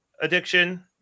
addiction